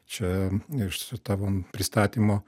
čia iš tavo pristatymo